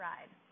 Ride